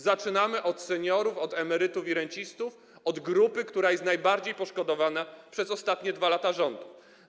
Zaczynamy od seniorów, od emerytów i rencistów, od grupy, która była najbardziej poszkodowana przez ostatnie 2 lata rządów.